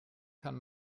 kann